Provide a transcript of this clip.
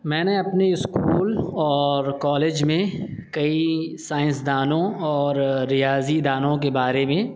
میں نے اپنے اسکول اور کالج میں کئی سائنس دانوں اور ریاضی دانوں کے بارے میں